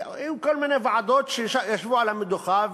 היו כל מיני ועדות שישבו על המדוכה,